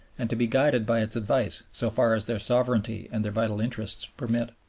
and to be guided by its advice so far as their sovereignty and their vital interests permit.